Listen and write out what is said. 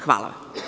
Hvala.